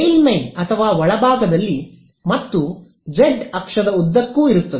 ಮೇಲ್ಮೈ ಅಥವಾ ಒಳಭಾಗದಲ್ಲಿ ಮತ್ತು ಜೆಡ್ ಅಕ್ಷದ ಉದ್ದಕ್ಕೂ ಇರುತ್ತದೆ